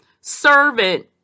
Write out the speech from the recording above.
servant